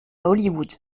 hollywood